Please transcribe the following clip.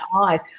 eyes